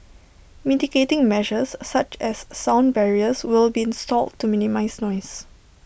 mitigating measures such as sound barriers will be installed to minimise noise